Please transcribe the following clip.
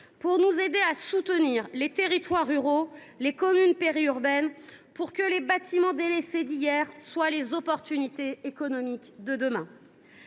pour nous aider à soutenir les territoires ruraux et les communes périurbaines, pour que les bâtiments délaissés d’hier soient les opportunités économiques de demain.